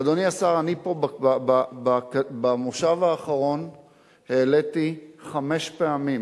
אדוני השר, אני פה במושב האחרון העליתי חמש פעמים